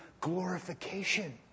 Glorification